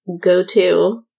go-to